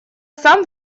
сам